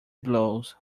blows